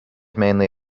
mainly